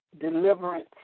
Deliverance